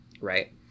right